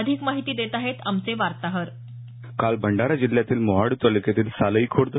अधिक माहिती देत आहेत आमचे वार्ताहर काल भंडारा जिल्ह्यातील मोहाडी तालुक्यातील झालेली खुर्द